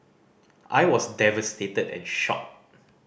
I was devastated and shocked